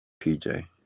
PJ